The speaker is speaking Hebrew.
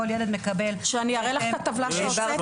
כל ילד מקבל --- שאני אראה לך את הטבלה שהוצאתם?